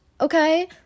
okay